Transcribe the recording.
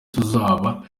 tuzaba